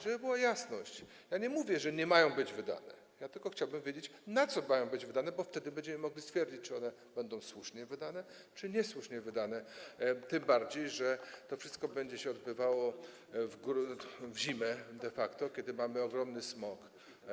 Żeby była jasność, nie mówię, że nie mają być wydane, ja tylko chciałbym wiedzieć, na co mają być wydane, bo wtedy będziemy mogli stwierdzić, czy one będą słusznie czy niesłusznie wydane, tym bardziej że to wszystko będzie się odbywało de facto w zimę, kiedy w Polsce jest ogromny smog.